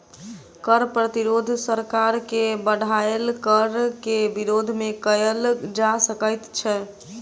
कर प्रतिरोध सरकार के बढ़ायल कर के विरोध मे कयल जा सकैत छै